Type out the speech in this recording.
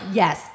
yes